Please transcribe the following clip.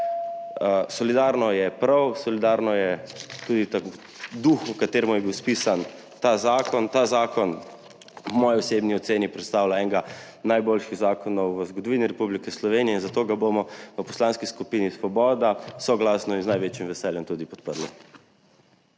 Solidarno je prav. Solidarno je tudi v duhu, v katerem je bil spisan ta zakon. Ta zakon po moji osebni oceni predstavlja enega najboljših zakonov v zgodovini Republike Slovenije in zato ga bomo v Poslanski skupini Svoboda soglasno in z največjim veseljem tudi podprli.